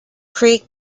creek